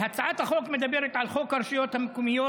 הצעת החוק מדברת על חוק הרשויות המקומיות,